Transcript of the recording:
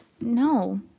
no